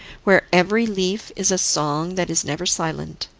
where every leaf is a song that is never silent.